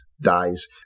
dies